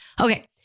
Okay